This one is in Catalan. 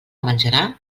menjarà